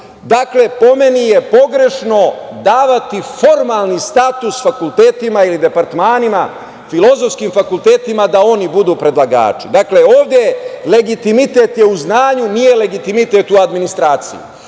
Dakle, po meni je pogrešno davati formalni status fakultetima ili departmanima, filozofskim fakultetima da oni budu predlagači. Dakle, ovde legitimitet je u znanju, nije legitimitet u administraciji.